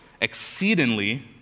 exceedingly